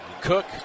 Cook